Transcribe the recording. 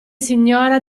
signora